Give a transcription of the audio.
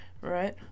right